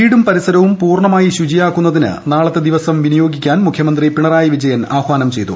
വീടും പരിസരവും പൂർണമായി ശുചിയാക്കുന്നതിന് ഈ ദിവസം വിനിയോഗിക്കാൻ മുഖ്യമന്ത്രി പിണറായി വിജയൻ ആഹാനം ചെയ്തു